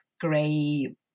gray